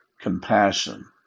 compassion